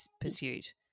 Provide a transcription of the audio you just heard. pursuit